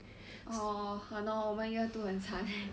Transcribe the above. orh !hannor! 我们 year two 很惨 leh